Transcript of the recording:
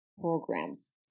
programs